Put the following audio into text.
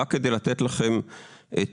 רק כדי לתת לכם תמונה